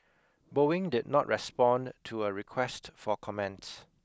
Boeing did not respond to a request for comment